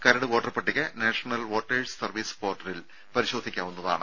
കരട് വോട്ടർപട്ടിക national voters service പോർട്ടലിൽ പരിശോധിക്കാവുന്നതാണ്